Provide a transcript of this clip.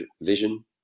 vision